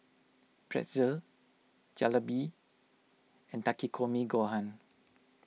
Pretzel Jalebi and Takikomi Gohan